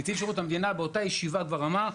שהנציב כבר באותה ישיבה אמר: